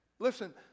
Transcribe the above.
Listen